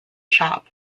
shop